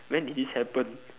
when did this happen